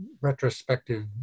retrospective